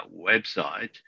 website